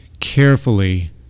carefully